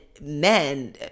men